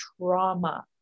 trauma